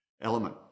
element